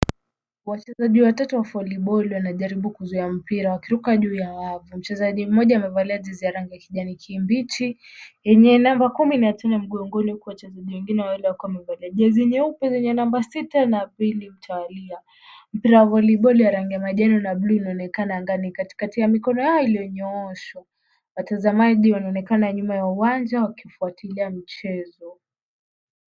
Wachezaji watatu wa voleboli wanajaribu kuzuia mpira wakiruka juu ya wavu. Mchezaji mmoja amevalia jezi ya rangi ya kijani kibichi yenye namba 15 mgongoni. Huku wachezaji wengine wawili wakiwa wamevalia jezi nyeupe zenye namba 6 na 2 mtawalia. Mpira wa voleboli wa rangi ya majani na buluu unaonekana angani katikati ya mikono yao iliyonyooshwa. Watazamaji wanaonekana nyuma ya uwanja wakifuatilia mchezo.